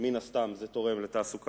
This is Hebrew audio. שמן הסתם זה תורם לתעסוקה,